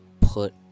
put